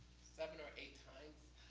seven or eight times.